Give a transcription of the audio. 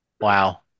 Wow